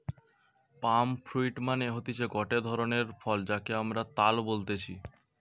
পাম fruit মানে হতিছে গটে ধরণের ফল যাকে আমরা তাল বলতেছি